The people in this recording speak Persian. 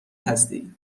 هستی